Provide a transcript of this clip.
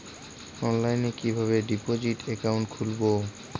অনলাইনে কিভাবে deposit account খুলবো?